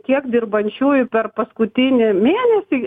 kiek dirbančiųjų per paskutinį mėnesį